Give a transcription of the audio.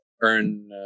Earn